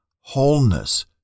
Wholeness